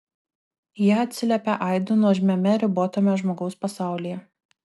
jie atsiliepia aidu nuožmiame ribotame žmogaus pasaulyje